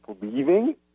leaving